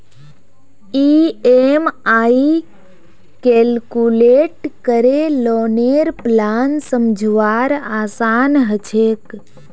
EMI calculate करे लौनेर plan समझवार आसान ह छेक